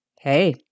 hey